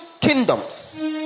kingdoms